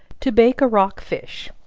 to bake a rock fish.